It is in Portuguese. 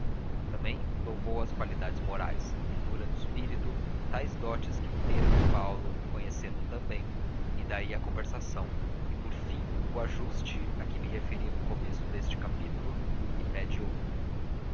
também louvou as qualidades morais a finura do espírito tais dotes que pedro e paulo reconheceram também e daí a conversação e por fim o ajuste a que me referi no começo deste capítulo e pede outro